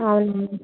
అవునండి